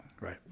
Right